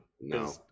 No